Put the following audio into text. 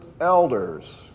elders